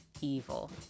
evil